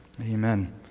Amen